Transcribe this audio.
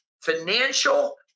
financial